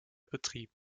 betrieben